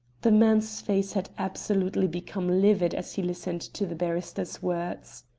the man's face had absolutely become livid as he listened to the barrister's words.